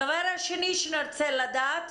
הדבר השני שנרצה לדעת,